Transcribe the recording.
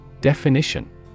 Definition